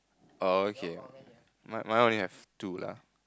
oh okay mine mine only have two lah